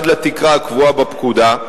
עד לתקרה הקבועה בפקודה,